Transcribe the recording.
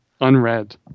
Unread